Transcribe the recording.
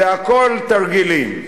זה הכול תרגילים.